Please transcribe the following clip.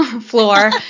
floor